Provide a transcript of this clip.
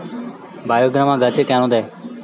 বায়োগ্রামা গাছে কেন দেয়?